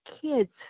kids